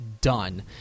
done